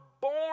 born